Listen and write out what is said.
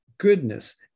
goodness